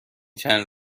چند